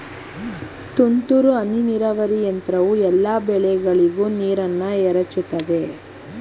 ತುಂತುರು ಹನಿ ನೀರಾವರಿ ಯಂತ್ರವು ಎಲ್ಲಾ ಬೆಳೆಗಳಿಗೂ ನೀರನ್ನ ಎರಚುತದೆ